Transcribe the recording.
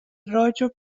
وراج